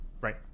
right